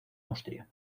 austria